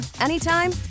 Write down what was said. anytime